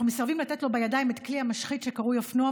מסרבים לתת לו בידיים את כלי המשחית שקרוי אופנוע?